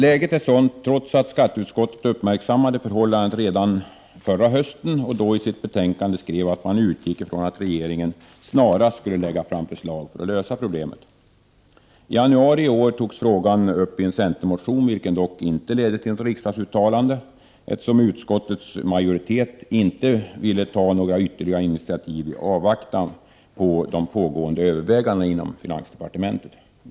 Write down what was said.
Läget är sådant, trots att skatteutskottet uppmärksammade förhållandet redan förra hösten och då i sitt betänkande skrev att man utgick från att regeringen ”snarast” skulle lägga fram förslag för att lösa problemet. I januari i år togs frågan upp i en centermotion, vilken dock inte ledde till något riksdagsuttalande, eftersom utskottets majoritet inte ville ta några ytterligare initiativ i avvaktan på de pågående övervägandena inom finansdepartementet.